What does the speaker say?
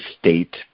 state